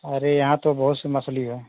अरे यहाँ तो बहुत सी मछली है